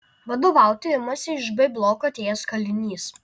vadovauti imasi iš b bloko atėjęs kalinys